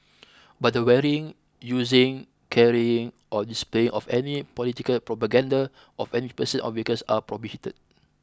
but the wearing using carrying or displaying of any political propaganda of any person or vehicles are prohibited